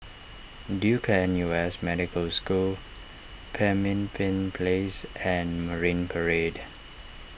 Duke N U S Medical School Pemimpin Place and Marine Parade